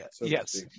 Yes